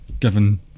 given